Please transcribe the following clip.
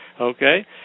okay